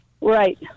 Right